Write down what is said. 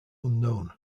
unknown